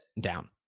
down